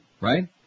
Right